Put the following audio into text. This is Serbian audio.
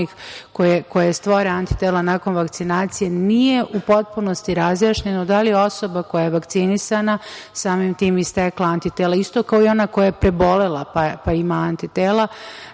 koji stvore antitela nakon vakcinacije, nije u potpunosti razjašnjeno da li je osoba koja je vakcinisana samim tim i stekla antitela, isto kao i ona koja je prebolela, pa ima antitela,